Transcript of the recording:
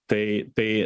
tai tai